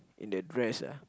in a dress ah